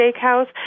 Steakhouse